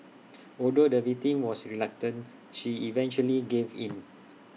although the victim was reluctant she eventually gave in